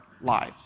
lives